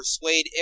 persuade